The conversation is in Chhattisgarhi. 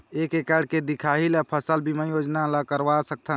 एक एकड़ के दिखाही ला फसल बीमा योजना ला करवा सकथन?